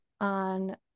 on